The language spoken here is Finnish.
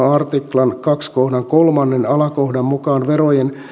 artiklan toisen kohdan kolmannen alakohdan mukaan verojen